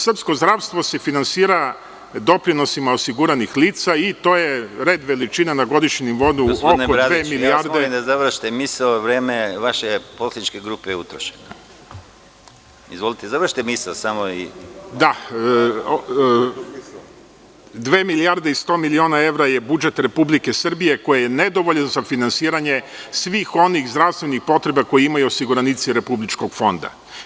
Srpsko zdravstvo se finansira doprinosima osiguranih lica i to je red, veličina na godišnjem nivou oko dve milijarde .. (Predsedavajući: Gospodine Bradiću, molim vas da završite misao, vreme vaše poslaničke grupe je utrošeno.) Dve milijarde i 100 miliona evra je budžet Republike Srbije koji je nedovoljan za finansiranje svih onih zdravstvenih potreba koje imaju osiguranici Republičkog fonda.